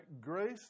grace